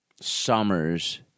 summers